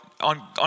on